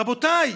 רבותיי,